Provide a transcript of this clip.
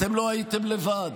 אתם לא הייתם לבד.